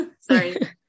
Sorry